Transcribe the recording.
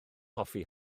hoffi